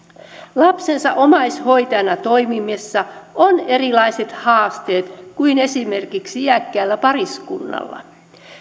lapsensa omaishoitajana toimimisessa on erilaiset haasteet kuin esimerkiksi iäkkäällä pariskunnalla